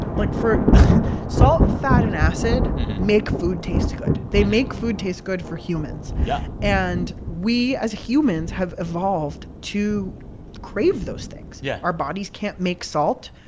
like, for salt, fat and acid make food taste good. they make food taste good for humans yeah and we as humans have evolved to crave those things yeah our bodies can't make salt.